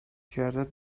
کردت